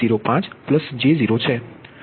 05 j0 છે